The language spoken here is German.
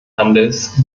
handels